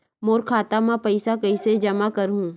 मोर खाता म पईसा कइसे जमा करहु?